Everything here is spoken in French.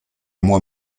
moi